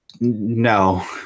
No